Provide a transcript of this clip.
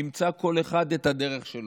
ימצא כל אחד את הדרך שלו.